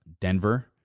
Denver